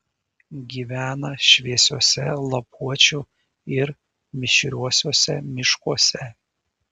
gyvena šviesiuose lapuočių ir mišriuosiuose miškuose